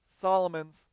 Solomon's